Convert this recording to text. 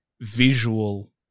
visual